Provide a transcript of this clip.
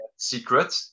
secret